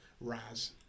Raz